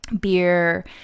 beer